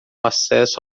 acesso